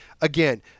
again